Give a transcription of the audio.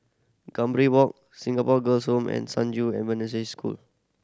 Gambir Walk Singapore Girls' Home and San School